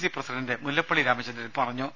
C president Mullappally Ramachandran പറഞ്ഞു